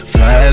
Fly